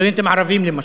הסטודנטים הערבים למשל.